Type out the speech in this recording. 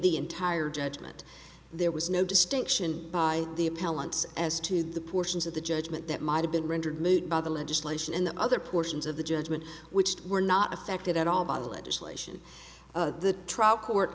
the entire judgment there was no distinction by the appellants as to the portions of the judgment that might have been rendered moot by the legislation and the other portions of the judgment which were not affected at all biologists lation the trial court